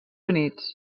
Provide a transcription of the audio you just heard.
units